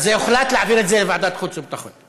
אז הוחלט להעביר את זה לוועדת החוץ והביטחון.